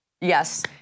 Yes